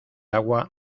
agua